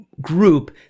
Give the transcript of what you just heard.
group